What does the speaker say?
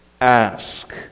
ask